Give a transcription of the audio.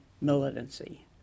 Militancy